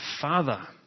Father